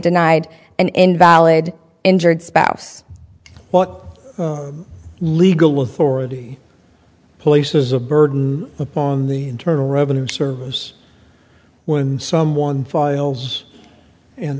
denied an invalid injured spouse what legal authority police is a burden upon the internal revenue service when someone files an